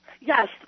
Yes